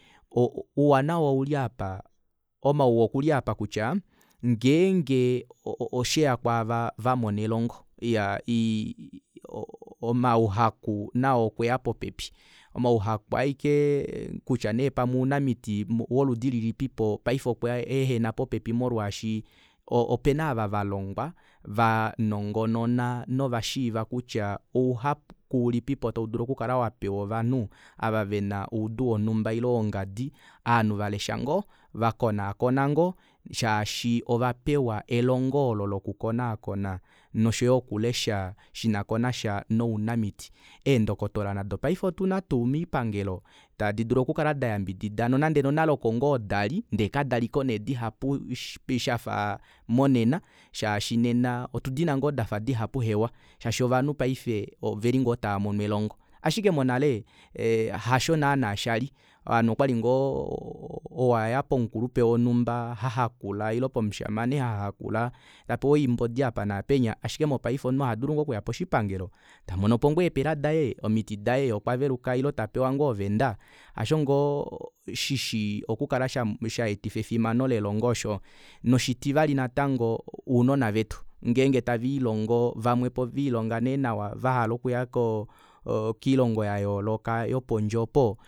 Ouwa nawa ouli aapa omauwa okuli aapa kutya ngeenge o- o osheya kwaava vamona elongo iya ii oo omauhaku nao okweya popepi omahuhaku aike kutya nee pamwe ounamiti woludi lilipipo paife okwa ehena popepi molwaashi opena ava valongwa vanongonona novashiiva kutya ouhaku ulipipo taudulu okukala wapewa ovanhu ava vena oudu wonumba ile wongadi ovanhu valesha ngoo vakonaakona ngoo shaashi ovapewa elongo olo loku konaakona noshoyo okulesha shinakonasha nounamiti eendokotola nafye paife otuna tuu moipangelo tadi dulu okukala dayambidida nonande nonale okongoo dali ndee kadaliko needihapu shafa monena shaashi nena otudina otudina ngoo dafa dihapu hewa shaashi ovanhu paife oveli ngoo taamono elongo ashike ashike monale ee hasho naana shali ovanhu okwali ngoo ou aya pomukulupe wonhumba hahakukala ile pomushamene hahakula tapewa oimbodi apa naapenya ashike mopaife omunhu ohadulu ngoo okuya koshipangelo tamonopo ngoo epela daye omiti daye yee okwa veluka ile tapewa ngoo ovenda asho ngoo shishi okukala sha shaetifa efimano lelongo osho noshitivali natango ounona vetu ngeenge taviilongo vamwepo viilonga nee nawa vahala okuya koo kiilongo yayooloka yopondje oopo